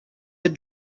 had